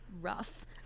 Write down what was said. rough